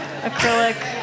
acrylic